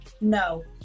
No